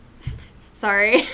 Sorry